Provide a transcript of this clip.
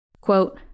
Quote